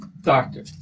Doctor